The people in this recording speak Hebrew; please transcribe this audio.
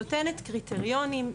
נותנת קריטריונים.